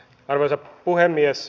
arvoisa puhemies